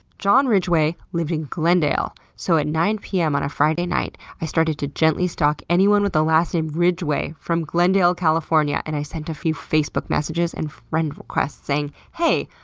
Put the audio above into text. john ridgway lived in glendale, so at nine zero p m. on a friday night, i started to gently stalk anyone with the last name ridgway from glendale, california and i sent a few facebook messages and friend requests saying, hey.